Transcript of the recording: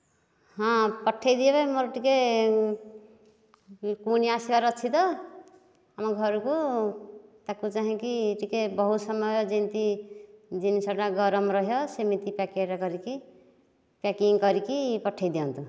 ହଁ ପଠେଇଦେବେ ମୋର ଟିକିଏ ଭଉଣୀ ଆସିବାର ଅଛି ତ ଆମ ଘରକୁ ତାକୁ ଚାହିଁକି ଟିକିଏ ବହୁତ ସମୟ ଯେମିତି ଜିନିଷଟା ଗରମ ରହିବ ସେମିତି ପାକେଟ କରିକି ପ୍ୟାକିଂ କରିକି ପଠେଇଦିଅନ୍ତୁ